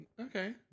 Okay